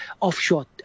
offshore